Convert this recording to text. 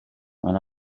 mae